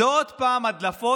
אלו עוד פעם הדלפות